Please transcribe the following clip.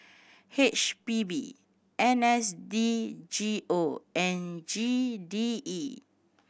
H P B N S D G O and G D E